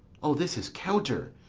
o, this is counter,